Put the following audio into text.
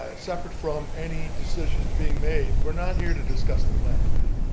ah separate from any decisions being made. we're not here to discuss the planning matter.